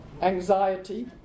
anxiety